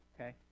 okay